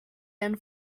and